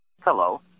Hello